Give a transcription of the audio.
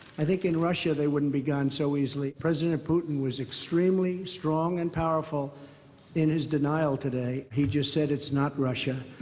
i think in russia, they wouldn't be gone so easily. president putin was extremely strong and powerful in his denial today. he just said, it's not russia.